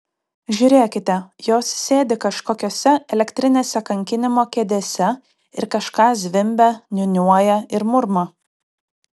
žiūrėkite jos sėdi kažkokiose elektrinėse kankinimo kėdėse ir kažką zvimbia niūniuoja ir murma